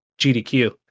GDQ